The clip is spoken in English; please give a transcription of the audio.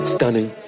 Stunning